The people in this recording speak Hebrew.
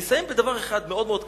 אני אסיים בדבר אחד מאוד מאוד קשה.